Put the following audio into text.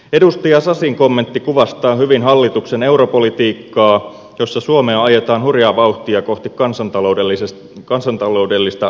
edustaja sasin kommentti kuvastaa hyvin hallituksen europolitiikkaa jossa suomea ajetaan hurjaa vauhtia kohti kansantaloudellista konkurssia